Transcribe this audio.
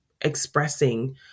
expressing